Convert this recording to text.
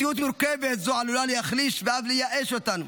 מציאות מורכבת זו עלולה להחליש ואף לייאש אותנו,